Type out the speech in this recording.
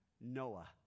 Noah